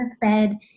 bed